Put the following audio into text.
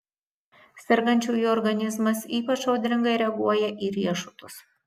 sergančiųjų organizmas ypač audringai reaguoja į riešutus